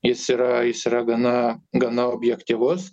jis yra jis yra gana gana objektyvus